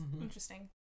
Interesting